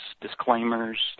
disclaimers